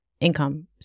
income